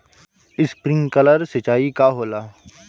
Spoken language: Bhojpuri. स्प्रिंकलर सिंचाई का होला?